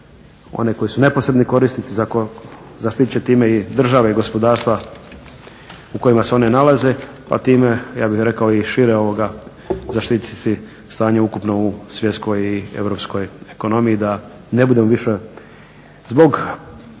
One koji su neposredni korisnici, zaštiti će time i države i gospodarstva u kojima se one nalaze a time, ja bih rekao i šire ovoga zaštiti stanje u ukupnoj svjetskoj i europskoj ekonomiji da ne budemo više zbog